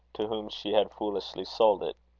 to whom she had foolishly sold it.